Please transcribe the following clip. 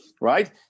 right